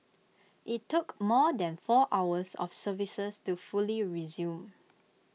IT took more than four hours of services to fully resume